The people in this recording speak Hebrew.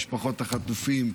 את משפחות החטופים,